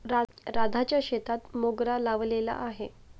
राधाच्या शेतात मोगरा लावलेला आहे